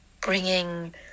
bringing